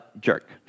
jerk